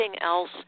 else